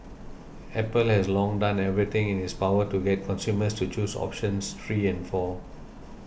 apple has long done everything in its power to get consumers to choose options three and four